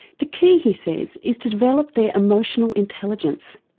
the key, he says, is to develop their emotional intelligence.